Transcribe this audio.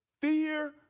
fear